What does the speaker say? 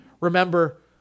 Remember